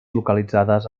localitzades